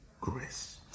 grace